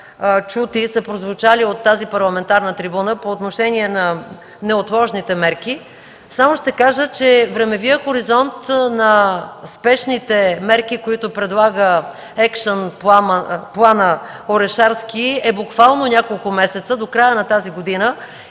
чути и прозвучали от парламентарната трибуна по отношение на неотложните мерки. Само ще кажа, че времевият хоризонт на спешните мерки, които предлага екшън планът „Орешарски”, е буквално няколко месеца – до края на тази година,